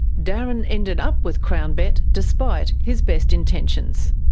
darren ended up with crownbet despite his best intentions.